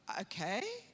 okay